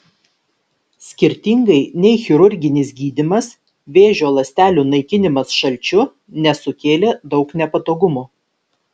skirtingai nei chirurginis gydymas vėžio ląstelių naikinimas šalčiu nesukėlė daug nepatogumų